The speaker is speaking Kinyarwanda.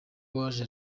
waje